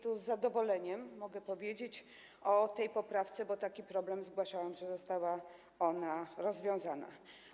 Tu z zadowoleniem mogę powiedzieć o tej poprawce - bo taki problem zgłaszałam - że zostało to rozwiązane.